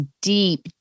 deep